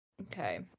okay